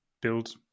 build